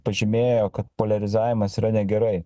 pažymėjo kad poliarizavimas yra negerai